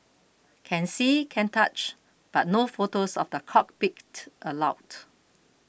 can see can touch but no photos of the cockpit allowed